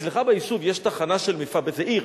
זו עיר,